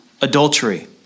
adultery